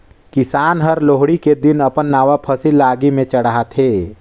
किसान हर लोहड़ी के दिन अपन नावा फसिल ल आगि में चढ़ाथें